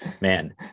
man